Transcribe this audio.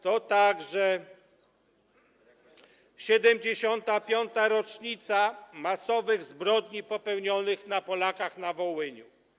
To także 75. rocznica masowych zbrodni popełnionych na Polakach na Wołyniu.